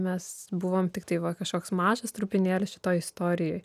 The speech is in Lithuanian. mes buvom tiktai va kažkoks mažas trupinėlis šitoj istorijoj